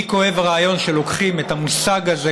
לי כואב הרעיון שלוקחים את המושג הזה,